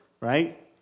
right